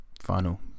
final